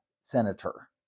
senator